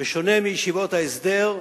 בשונה מישיבות ההסדר,